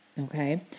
okay